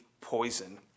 poison